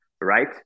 right